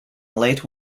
late